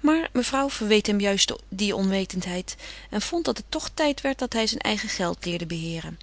maar mevrouw verweet hem juist die onwetendheid en vond dat het toch tijd werd dat hij zijn eigen geld leerde beheeren